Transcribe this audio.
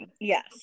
yes